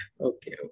okay